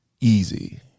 easy